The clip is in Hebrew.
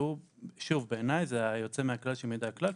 שהוא שוב בעיניי זה יוצא מן הכלל שמעיד על הכלל,